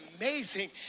amazing